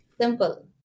Simple